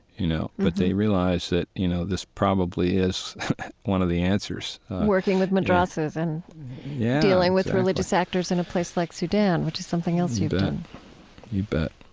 you know, but they realize that, you know, this probably is one of the answers working with madrassas and yeah dealing with religious actors in a place like sudan, which is something else you've done you bet